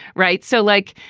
right. so like,